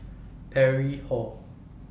Parry Hall